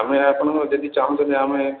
ଆମେ ଆପଣଙ୍କୁ ଯଦି ଚାହୁଛନ୍ତି ଆମେ